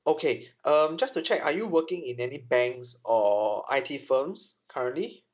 okay um just to check are you working in any banks or I_T firms currently